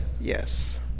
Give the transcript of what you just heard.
Yes